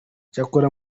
cyakora